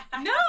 No